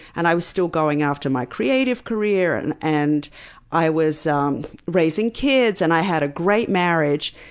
and i was still going after my creative career, and and i was um raising kids, and i had a great marriage.